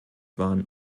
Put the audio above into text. waren